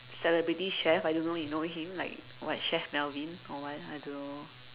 celebrity chef I don't know you know him like what chef Melvin or what I don't know